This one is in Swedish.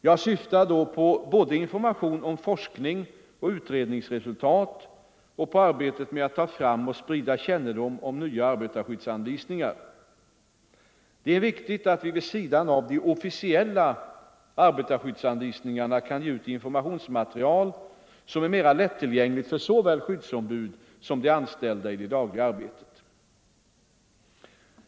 Jag syftar då på både information om forskningsoch utredningsresultat och arbetet med att ta fram och sprida kännedom om nya arbetarskyddsanvisningar. Det är viktigt att vi vid sidan av de officiella arbetarskyddsanvisningarna kan ge ut informationsmaterial som är mera lättillgängligt för såväl skyddsombud som de anställda i det dagliga arbetet.